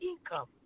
income